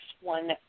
one